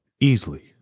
easily